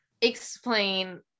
explain